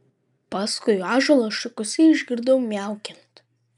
paskui ąžuolo šakose išgirdau miaukiant